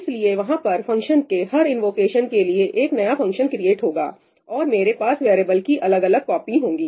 इसलिए वहां पर फंक्शन के हर इन्वोकेशन के लिए एक नया फंक्शन क्रिएट होगा और मेरे पास वेरिएबल की अलग अलग कॉपी होंगी